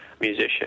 musician